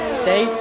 stay